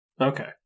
Okay